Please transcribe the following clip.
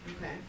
okay